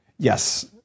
Yes